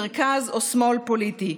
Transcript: מרכז או שמאל פוליטי.